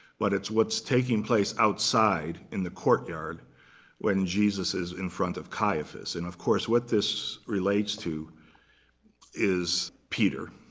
but it's what's taking place outside in the courtyard when jesus is in front of caiaphas. and of course, what this relates to is peter.